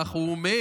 כך הוא אומר,